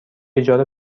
اجاره